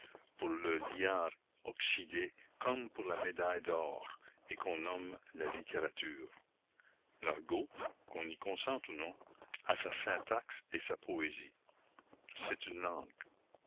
pour le liard oxydé comme pour la médaille d'or et qu'on nomme la littérature l'argot qu'on y consente ou non a sa syntaxe et sa poésie c'est une langue